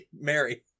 Mary